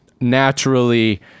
naturally